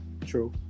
True